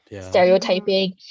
stereotyping